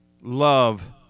Love